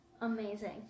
amazing